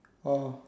!wow!